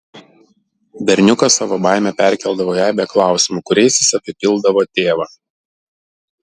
berniukas savo baimę perkeldavo į aibę klausimų kuriais jis apipildavo tėvą